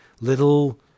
little